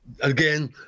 again